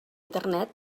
internet